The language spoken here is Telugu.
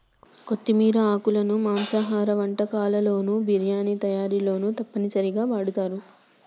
కొత్తిమీర ఆకులను మాంసాహార వంటకాల్లోను బిర్యానీ తయారీలోనూ తప్పనిసరిగా వాడుతారు